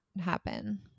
happen